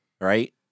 right